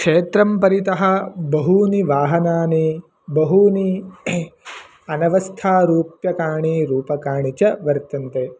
क्षेत्रं परितः बहूनि वाहनानि बहूनि अनवस्था रुप्यकाणि रूपकाणि च वर्तन्ते